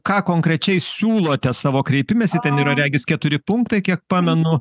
ką konkrečiai siūlote savo kreipimesi ten yra regis keturi punktai kiek pamenu